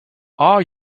are